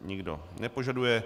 Nikdo nepožaduje.